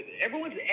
everyone's